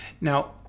Now